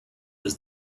was